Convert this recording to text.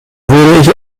würde